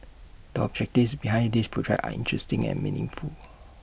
the objectives behind this project are interesting and meaningful